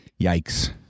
yikes